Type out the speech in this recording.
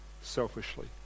selfishly